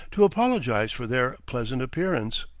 to apologize for their pleasant appearance.